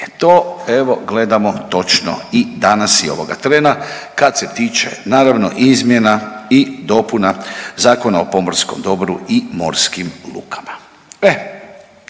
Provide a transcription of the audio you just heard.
To, evo, gledamo točno i danas i ovoga trena kad se tiče, naravno izmjena i dopuna Zakona o pomorskom dobru i morskim lukama.